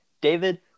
David